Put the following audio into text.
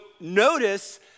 notice